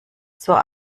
zur